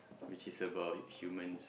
which is about humans